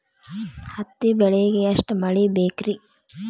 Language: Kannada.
ಹತ್ತಿ ಬೆಳಿಗ ಎಷ್ಟ ಮಳಿ ಬೇಕ್ ರಿ?